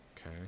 okay